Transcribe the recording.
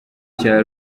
cya